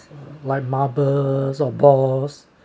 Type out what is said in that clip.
like marbles or balls